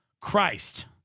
Christ